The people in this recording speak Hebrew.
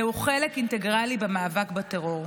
זהו חלק אינטגרלי במאבק בטרור.